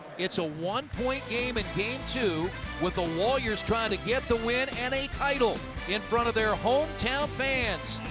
it's a one-point game in game two with the warriors trying to get the win and a title in front of their hometown fans.